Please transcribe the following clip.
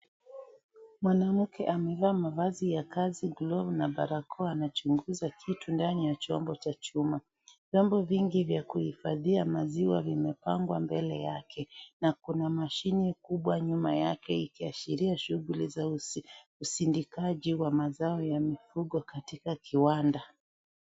Mwanamke amevaa mavazi ya kazi ,glovu na barakoa anachunguza kitu ndani ya chombo cha chuma. Vyombo vingi vya kuhifadhia maziwa vimepangwa mbele yake. Na kuna mashine kubwa nyuma yake ikiashiria usindikaji wa mazao ya mifugo katika kiwanda.